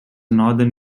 northern